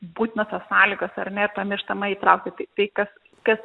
būtinosios sąlygos ar ne ir pamirštama įtraukti tai tai kas kas